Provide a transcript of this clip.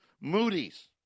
Moody's